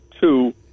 two